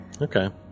Okay